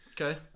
Okay